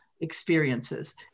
experiences